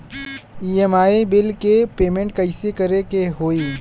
EMI bill के payment कइसे करे के होई?